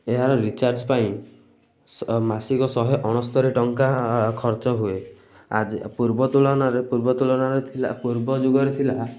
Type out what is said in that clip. ଏହାର ରିଚାର୍ଜ ପାଇଁ ମାସିକ ଶହେ ଅଣସ୍ତୋରି ଟଙ୍କା ଖର୍ଚ୍ଚ ହୁଏ ଆଜି ପୂର୍ବ ତୁଳନାରେ ପୂର୍ବ ତୁଳନାରେ ଥିଲା ପୂର୍ବ ଯୁଗରେ ଥିଲା